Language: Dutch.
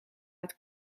het